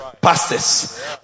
pastors